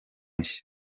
nshya